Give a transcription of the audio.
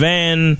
Van